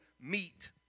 meet